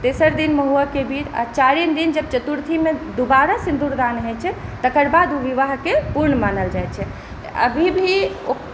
तेसर दिन मउहकके बिध आओर चारिम दिन जब चतुरथीमे दुबारा सिन्दुरदान होइ छै तकर बाद ओ विवाहके पूर्ण मानल जाइ छै अभी भी ओ